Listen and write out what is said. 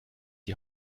die